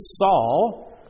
Saul